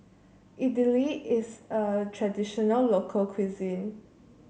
Idili is a traditional local cuisine